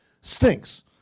stinks